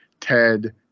Ted